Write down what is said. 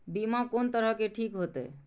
बीमा कोन तरह के ठीक होते?